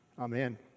Amen